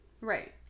Right